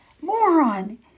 moron